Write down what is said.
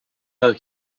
pas